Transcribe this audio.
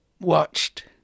watched